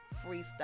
freestyle